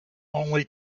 only